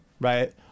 right